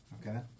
okay